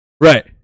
Right